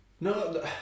No